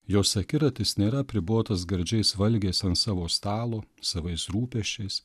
jos akiratis nėra apribotas gardžiais valgiais ant savo stalo savais rūpesčiais